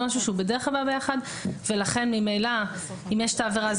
זה משהו שהוא בדרך כלל בא ביחד ולכן ממילא אם יש את העבירה,